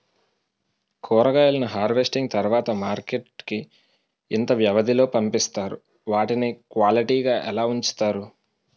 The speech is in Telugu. కూరగాయలను హార్వెస్టింగ్ తర్వాత మార్కెట్ కి ఇంత వ్యవది లొ పంపిస్తారు? వాటిని క్వాలిటీ గా ఎలా వుంచుతారు?